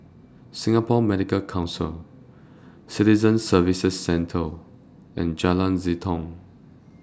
Singapore Medical Council Citizen Services Centre and Jalan Jitong